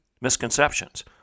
misconceptions